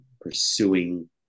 pursuing